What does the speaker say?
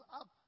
up